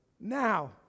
Now